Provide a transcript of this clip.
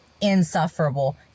insufferable